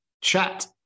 Chat